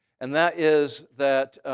and that is, that